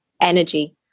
Energy